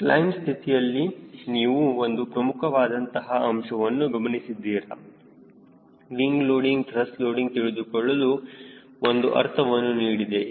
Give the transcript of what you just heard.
claim ಸ್ಥಿತಿಯಲ್ಲಿ ನೀವು ಒಂದು ಪ್ರಮುಖವಾದಂತಹ ಅಂಶವನ್ನು ಗಮನಿಸಿದ್ದೀರಾ ವಿಂಗ್ ಲೋಡಿಂಗ್ ತ್ರಸ್ಟ್ ಲೋಡಿಂಗ್ ತಿಳಿದುಕೊಳ್ಳಲು ಒಂದು ಅರ್ಥವನ್ನು ನೀಡಿದೆ